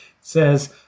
Says